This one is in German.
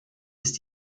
ist